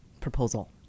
Proposal